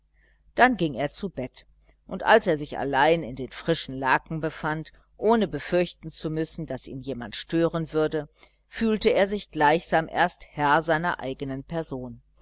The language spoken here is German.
dann ging er zu bett und als er sich allein in den frischen laken befand ohne befürchten zu müssen daß ihn jemand stören würde fühlte er sich gleichsam erst herr seiner eigenen person